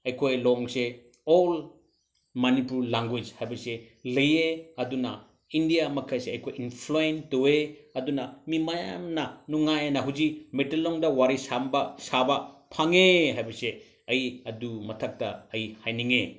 ꯑꯩꯈꯣꯏ ꯂꯣꯟꯁꯦ all Manipur language ꯍꯥꯏꯕꯁꯦ ꯂꯩꯌꯦ ꯑꯗꯨꯅ ꯏꯟꯗꯤꯌꯥ ꯃꯈꯩꯁꯦ ꯑꯩꯈꯣꯏ ꯏꯟꯐ꯭ꯂꯨꯌꯦꯟ ꯇꯧꯋꯦ ꯑꯗꯨꯅ ꯃꯤ ꯃꯌꯥꯝꯅ ꯅꯨꯡꯉꯥꯏꯅ ꯍꯧꯖꯤꯛ ꯃꯩꯇꯩꯂꯣꯟꯗ ꯋꯥꯔꯤ ꯁꯥꯕ ꯁꯥꯕ ꯐꯪꯉꯦ ꯍꯥꯏꯕꯁꯦ ꯑꯩ ꯑꯗꯨ ꯃꯊꯛꯇ ꯑꯩ ꯍꯥꯏꯅꯤꯡꯉꯤ